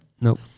Nope